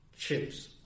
Chips